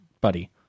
buddy